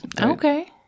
Okay